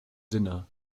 dinner